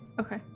Okay